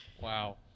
Wow